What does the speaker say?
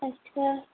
ଆଚ୍ଛା